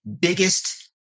biggest